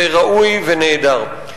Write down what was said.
ראוי ונהדר.